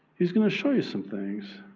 he's going to show you some things.